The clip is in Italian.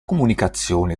comunicazione